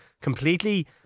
completely